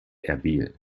erbil